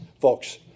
folks